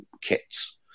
kits